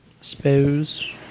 suppose